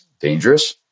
dangerous